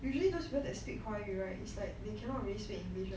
usually those people that speak 华语 right is like they cannot really speak english [one]